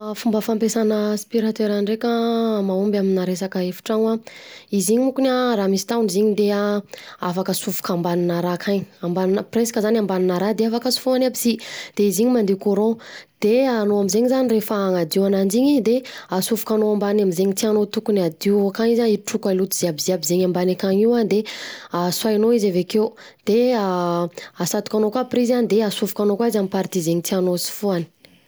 Fomba fampiasana aspiratera ndreka an, mahomby amin'ny resaka efi-tragno an, izy iny monkony an rah misy tahony izy iny de an afaka asofoka ambanina raha akany presque zany ambanina raha de afaka isofohany aby si, De izy iny mandeha courant de anao am'zegny rehefa hanadio ananjy iny de asofokanao ambany amin'ny zegny tianao tokony hadio akany izy an hitroka loto jiabijiaby zegny ambany akany io de soahanao izy avekeo de asatokanao koa prizy an de asofokanao koa izy amin'ny party zegny tianao hisofohany.